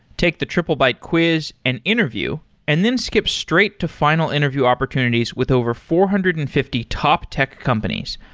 take the triplebyte quiz and interview and then skip straight to final interview opportunities with over four hundred and fifty top tech companies,